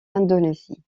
indonésie